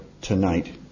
tonight